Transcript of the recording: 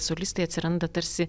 solistai atsiranda tarsi